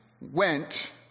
went